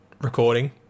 recording